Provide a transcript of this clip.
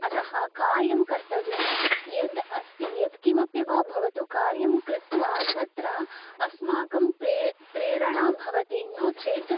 अतः कार्यं कर्तव्यं यद् अस्ति यत्किमपि वा भवतु कार्यं कृत्वा तत्र अस्माकं प्रे प्रेरणा भवति नो चेत्